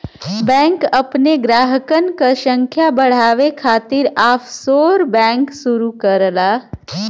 bank अपने ग्राहकन क संख्या बढ़ावे खातिर ऑफशोर बैंक शुरू करला